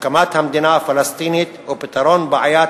הקמת המדינה הפלסטינית ופתרון בעיית